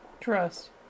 trust